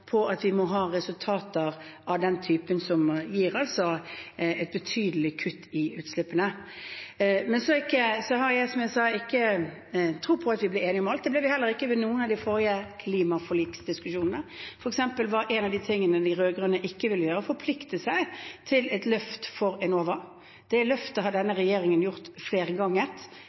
har, som jeg sa, ikke tro på at vi blir enige om alt. Det ble vi heller ikke ved noen av de forrige klimaforliksdiskusjonene. For eksempel: En av de tingene de rød-grønne ikke ville gjøre, var å forplikte seg til et løft for Enova. Det løftet har denne regjeringen gjort flere ganger,